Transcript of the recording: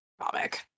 comic